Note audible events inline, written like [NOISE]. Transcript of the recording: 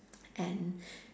[NOISE] and [BREATH]